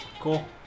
Cool